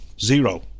Zero